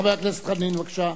חבר הכנסת חנין, בבקשה.